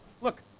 look